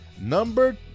Number